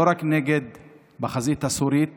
לא רק בחזית הסורית